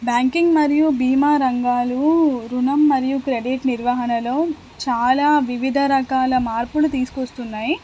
banking మరియు భీమా రంగాలు రుణం మరియు క్రెడిట్ నిర్వహణలో చాలా వివిధ రకాల మార్పులు తీసుకొస్తున్నాయి